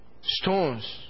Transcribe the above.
Stones